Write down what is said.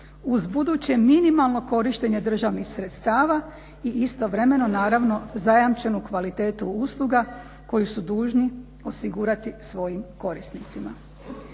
uz buduće minimalno korištenje državnih sredstava i istovremeno naravno zajamčenu kvalitetu usluga koju su dužni osigurati svojim korisnicima.